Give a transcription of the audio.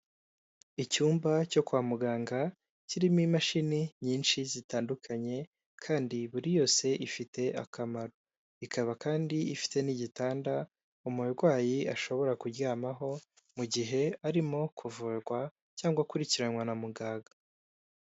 Icyumba cyo kwa muganga kirimo imashini nyinshi zitandukanye, kandi buri yose ifite akamaro. Ikaba kandi ifite n'igitanda umurwayi ashobora kuryamaho mu gihe arimo kuvurwa cyangwa akurikiranwa na muganga.